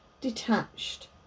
detached